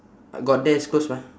got there is closed mah